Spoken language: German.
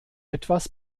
etwas